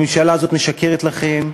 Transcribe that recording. הממשלה הזאת משקרת לכם.